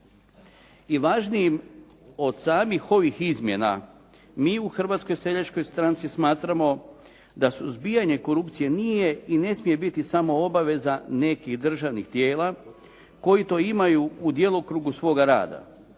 I važnijim od samih ovih izmjena, mi u Hrvatskoj seljačkoj stranci smatramo da suzbijanje korupcije nije i ne smije biti samo obaveza nekih državnih tijela koji to imaju u djelokrugu svoga rada,